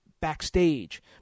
backstage